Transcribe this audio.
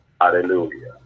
hallelujah